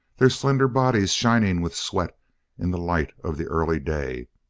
their slender bodies shining with sweat in the light of the early day,